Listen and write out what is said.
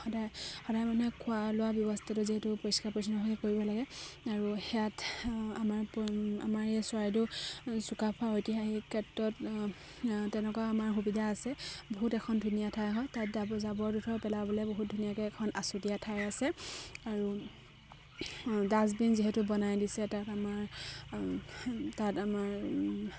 সদায় সদায় মানুহে খোৱা লোৱা ব্যৱস্থাটো যিহেতু পৰিষ্কাৰ পৰিচ্ছন্নতাখিনি কৰিব লাগে আৰু সেয়াত আমাৰ আমাৰ এই চৰাইদেউ চুকাফা ঐতিহাসিক ক্ষেত্ৰত তেনেকুৱা আমাৰ সুবিধা আছে বহুত এখন ধুনীয়া ঠাই হয় তাত জাবৰ জোখৰ পেলাবলৈ বহুত ধুনীয়াকৈ এখন আচুতীয়া ঠাই আছে আৰু ডাষ্টবিন যিহেতু বনাই দিছে তাক আমাৰ তাত আমাৰ